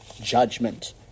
judgment